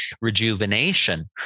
rejuvenation